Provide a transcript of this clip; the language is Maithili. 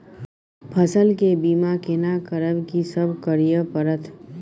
फसल के बीमा केना करब, की सब करय परत?